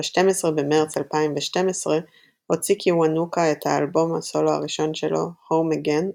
ב-12 במרץ 2012 הוציא קיוונוקה את אלבום הסולו הראשון שלו "Home Again",